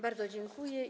Bardzo dziękuję.